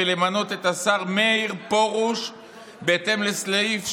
ולמנות את השר מאיר פרוש בהתאם לסעיף 31(א)